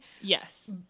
Yes